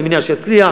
אני מניח שהוא יצליח,